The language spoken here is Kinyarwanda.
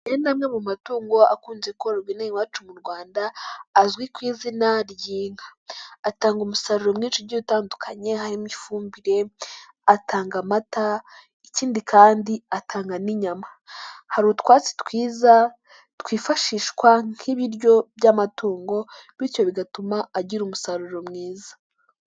Aya ni amwe mu matungo akunze kororwa inaha iwacu mu Rwanda azwi ku izina ry'inka, atanga umusaruro mwinshi utandukanye harimo ifumbire, atanga amata, ikindi kandi atanga n'inyama, hari utwatsi twiza twifashishwa nk'ibiryo by'amatungo bityo bigatuma agira umusaruro mwiza.